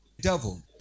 devil